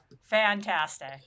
fantastic